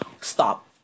stop